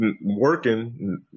working